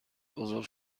بزرگ